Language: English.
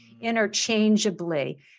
interchangeably